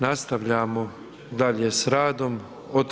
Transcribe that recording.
Nastavljamo dalje s radom.